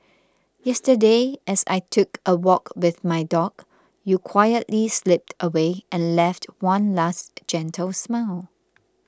yesterday as I took a walk with my dog you quietly slipped away and left one last gentle smile